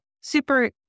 super